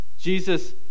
Jesus